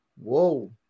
Whoa